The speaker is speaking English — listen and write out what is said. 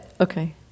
Okay